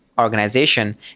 organization